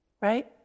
Right